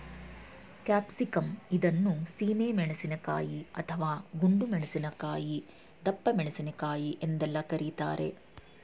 capsicum ಇದನ್ನು ಸೀಮೆ ಮೆಣಸಿನಕಾಯಿ, ಅಥವಾ ಗುಂಡು ಮೆಣಸಿನಕಾಯಿ, ದಪ್ಪಮೆಣಸಿನಕಾಯಿ ಎಂದೆಲ್ಲ ಕರಿತಾರೆ